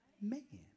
man